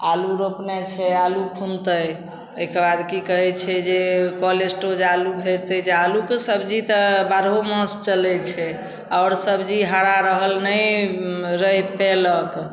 आलू रोपने छै आलू खुनतै ओहिके बाद कि कहै छै जे कोल्ड स्टोरेज आलू भेजतै जे आलूके सबजी तऽ बारहो मास चलै छै आओर सबजी हरा रहल नहि नहि रहि पेलक